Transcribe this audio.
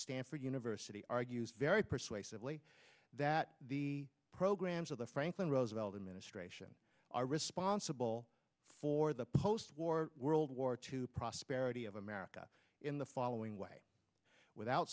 stanford university argues very persuasively that the programs of the franklin roosevelt administration are responsible for the post war world war two prosperity of america in the following way without